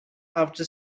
after